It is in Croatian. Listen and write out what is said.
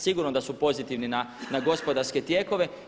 Sigurno da su pozitivni na gospodarske tijekove.